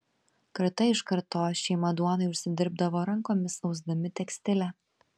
karta iš kartos šeima duonai užsidirbdavo rankomis ausdami tekstilę